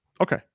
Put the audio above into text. Okay